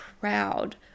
proud